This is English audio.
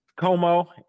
Como